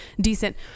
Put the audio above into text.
decent